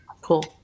Cool